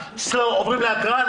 עוברים להקראה.